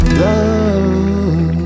love